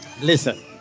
Listen